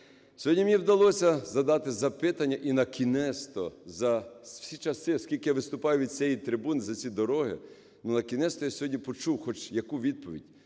Сьогодні мені вдалося задати запитання і на кінець-то за всі часи, скільки я виступаю від цієї трибуни за ці дороги, ну, на кінець-то я сьогодні почув хоч яку відповідь.